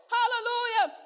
Hallelujah